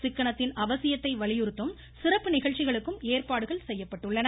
சிக்கனத்தின் அவசியத்தை வலியுறுத்தும் சிறப்பு நிகழ்ச்சிகளுக்கும் ஏற்பாடுகள் செய்யப்பட்டுள்ளன